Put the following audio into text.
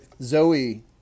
zoe